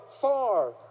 far